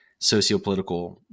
sociopolitical